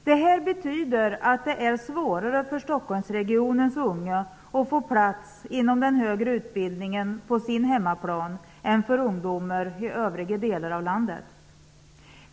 Detta betyder att det är svårare för Stockholmsregionens unga att få plats inom den högre utbildningen på hemmaplan än det är för ungdomar i övriga delar av landet.